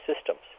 systems